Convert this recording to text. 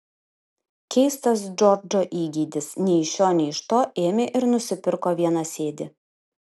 keistas džordžo įgeidis nei iš šio nei iš to ėmė ir nusipirko vienasėdį